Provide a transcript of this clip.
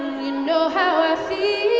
know how i feel